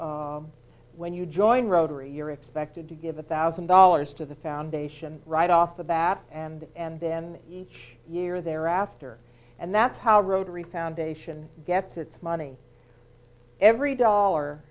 you when you join rotary you're expected to give a thousand dollars to the foundation right off the bat and then each year thereafter and that's how rotary foundation gets its money every dollar